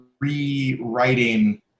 rewriting